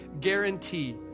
guarantee